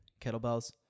kettlebells